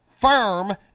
firm